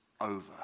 over